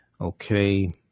Okay